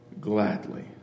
gladly